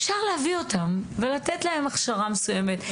אפשר להביא אותם ולתת להם הכשרה מסוימת.